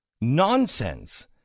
nonsense